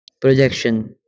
projection